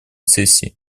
сессии